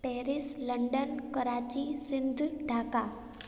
Paris London Karachi Sindh Dhaka